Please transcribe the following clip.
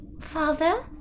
Father